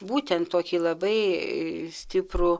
būtent tokį labai stiprų